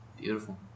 Beautiful